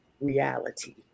reality